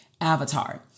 avatar